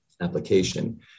application